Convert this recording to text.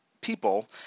people